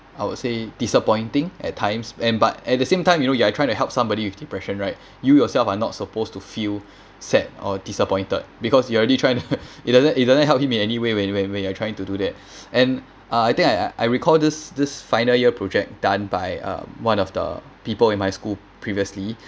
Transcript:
I would say disappointing at times and but at the same time you know you are trying to help somebody with depression right you yourself are not supposed to feel sad or disappointed because you already try it doesn't it doesn't help him in any way when when when you're trying to do that and uh I think I I recall this this final year project done by uh one of the people in my school previously